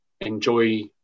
enjoy